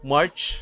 March